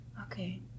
okay